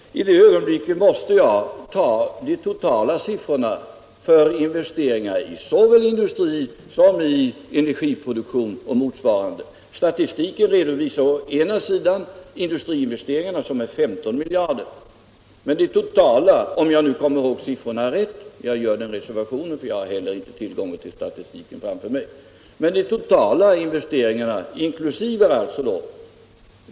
I det läget måste jag åberopa de totala siffrorna för investeringar i såväl industrisom energiproduktion och motsvarande. Statistiken redovisar industriinvesteringarna till 15 miljarder kronor, men de totala investeringarna — om jag nu kommer ihåg siffrorna rätt, jag gör den reservationen eftersom jag inte har tillgång till statistiken just nu — inkl.